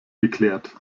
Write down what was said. geklärt